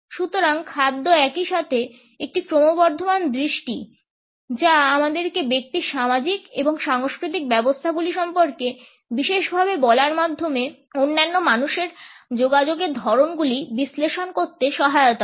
সুতরাং খাদ্য একই সাথে একটি ক্রমবর্ধমান দৃষ্টি যা আমাদেরকে ব্যক্তির সামাজিক এবং সাংস্কৃতিক ব্যবস্থাগুলি সম্পর্কে বিশেষভাবে বলার মাধ্যমে অন্যান্য মানুষের যোগাযোগের ধরণগুলি বিশ্লেষণ করতে সহায়তা করে